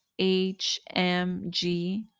HMG